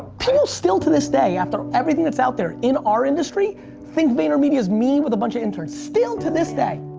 people still to this day after everything that's out there in our industry think vaynermedia's me with a bunch of interns still to this day.